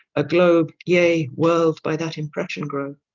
a globe, yea world by that impression grow,